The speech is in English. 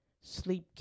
sleep